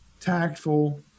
tactful